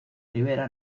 rivera